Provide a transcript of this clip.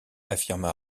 affirma